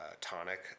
tonic